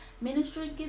ministry